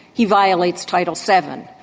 he violates title seven.